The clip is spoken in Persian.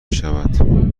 شود